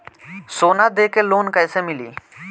सोना दे के लोन कैसे मिली?